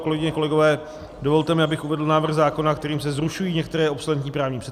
Kolegyně, kolegové, dovolte mi, abych uvedl návrh zákona, kterým se zrušují některé obsoletní právní předpisy.